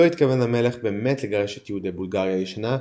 התכוון המלך באמת לגרש את יהודי "בולגריה הישנה",